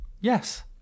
Yes